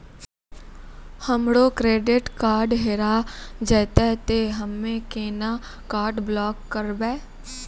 हमरो credit card हेरा जेतै ते हम्मय केना कार्ड ब्लॉक करबै?